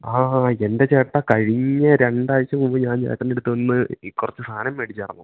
ആ എൻ്റെ ചേട്ടാ കഴിഞ്ഞ രണ്ടാഴ്ച മുമ്പ് ഞാൻ ചേട്ടൻ്റെയടുത്ത് വന്ന് കുറച്ച് സാധനം മേടിച്ചായിരുന്നു